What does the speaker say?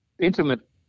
intimate